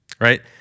Right